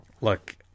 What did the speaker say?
Look